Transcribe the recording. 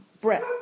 Brett